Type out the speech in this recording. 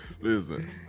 Listen